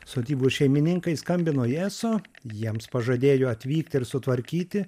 sodybos šeimininkai skambino į eso jiems pažadėjo atvykt ir sutvarkyti